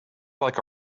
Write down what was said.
like